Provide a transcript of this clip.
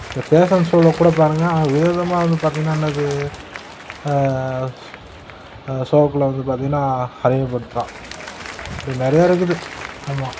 இந்த பேஷன் ஷோவில் கூட பாருங்கள் வித விதமாக வந்து பார்த்திங்கன்னா என்னது ஷ் ஷோக்குள்ள வந்து பார்த்திங்கன்னா அறிமுகப்படுத்துகிறான் இப்படி நிறையா இருக்குது ஆமாம்